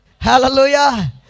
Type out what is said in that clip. Hallelujah